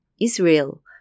Israel